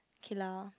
okay lah